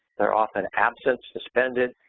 they're often absent, suspended,